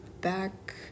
back